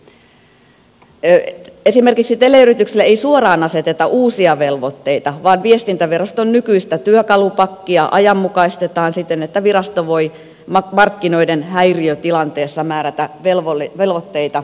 teleyrityksille ei esimerkiksi suoraan aseteta uusia velvoitteita vaan viestintäviraston nykyistä työkalupakkia ajanmukaistetaan siten että virasto voi markkinoiden häiriötilanteessa määrätä velvoitteita erillisellä päätöksellä